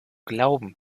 glauben